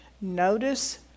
Notice